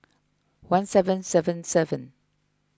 one seven seven seven